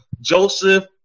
Joseph